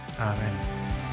Amen